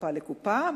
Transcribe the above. מקופה לקופה,